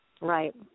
Right